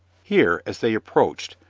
here, as they approached,